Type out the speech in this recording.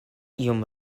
iom